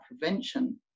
prevention